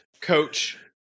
coach